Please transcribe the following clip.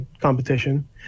competition